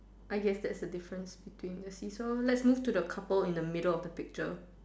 I guess that's the difference between so let's so move to the couple in the middle of the picture